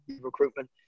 Recruitment